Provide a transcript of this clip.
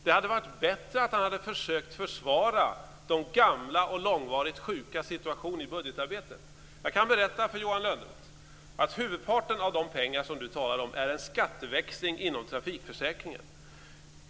Det hade varit bättre om han hade försökt att i budgetarbetet försvara de gamla och långvarigt sjukas situation. Huvudparten av de pengar som Johan Lönnroth talar om är en skatteväxling inom trafikförsäkringen.